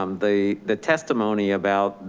um the the testimony about the,